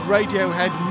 Radiohead